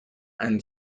and